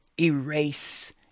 erase